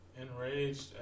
enraged